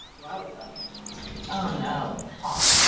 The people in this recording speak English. wowzer oh no it's hot.